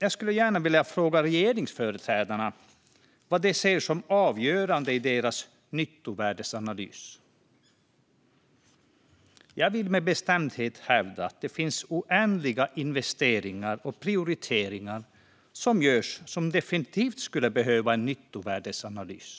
Jag skulle gärna vilja fråga regeringsföreträdarna vad de ser som avgörande i en nyttovärdesanalys. Jag vill med bestämdhet hävda att det finns oändliga investeringar och prioriteringar som görs och som definitivt skulle behöva en nyttovärdesanalys.